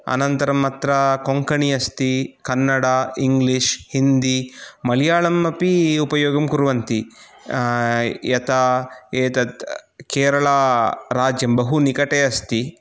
अनन्तरम् अत्र कोङ्कणि अस्ति कन्नड इङ्ग्लिश् हिन्दी मलयालम् अपि उपयोगं कुर्वन्ति यथा एतत् केरला राज्यं बहु निकटे अस्ति